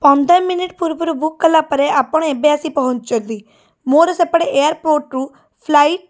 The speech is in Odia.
ପନ୍ଦର ମିନିଟ୍ ପୁର୍ବରୁ ବୁକ୍ କଲାପରେ ଆପଣ ଏବେ ଆସି ପହଁଞ୍ଚୁଛନ୍ତି ମୋର ସେପଟେ ଏୟାରପୋର୍ଟରୁ ଫ୍ଲାଇଟ୍